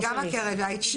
אני גם עקרת בית, זה בסדר.